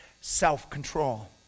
self-control